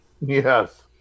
Yes